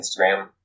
Instagram